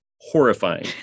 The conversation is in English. horrifying